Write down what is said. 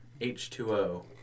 H2O